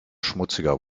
schmutziger